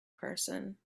person